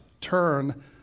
turn